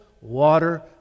water